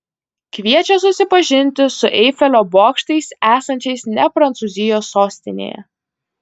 kviečia susipažinti su eifelio bokštais esančiais ne prancūzijos sostinėje